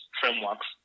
frameworks